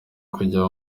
kujya